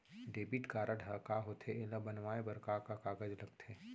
Debit card ह का होथे एला बनवाए बर का का कागज लगथे?